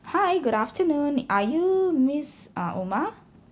hi good afternoon are you miss uh uma